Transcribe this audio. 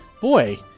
Boy